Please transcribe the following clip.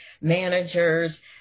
managers